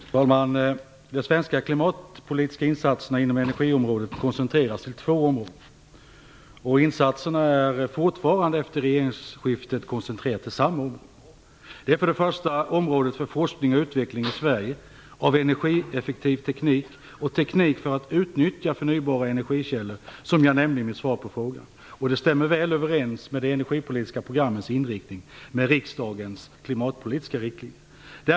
Fru talman! De svenska klimatpolitiska insatserna inom energiområdet koncentreras till två områden. Insatserna är efter regeringsskiftet fortfarande koncentrerade till samma områden. För det första gäller det området för forskning och utveckling i Sverige av energieffektiv teknik och teknik för att utnyttja förnybara energikällor, som jag nämnde i mitt svar på frågan. Det stämmer väl överens med det energipolitiska programmets inriktning och riksdagens klimatpolitiska riktlinjer.